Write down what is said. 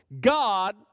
God